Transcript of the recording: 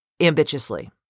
ambitiously